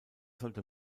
sollte